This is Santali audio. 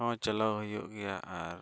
ᱦᱚᱸ ᱪᱟᱞᱟᱣ ᱦᱩᱭᱩᱜ ᱜᱮᱭᱟ ᱟᱨ